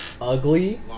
ugly